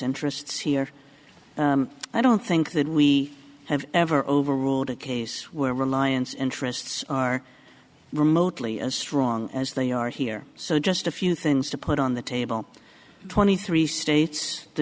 interests here i don't think that we have ever overruled a case where reliance interests are remotely as strong as they are here so just a few things to put on the table twenty three states the